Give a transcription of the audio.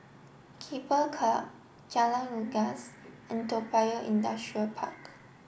Keppel Club Jalan Unggas and Toa Payoh Industrial Park